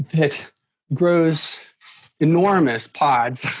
it grows enormous pods.